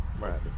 Right